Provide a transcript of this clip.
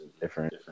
different